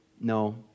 No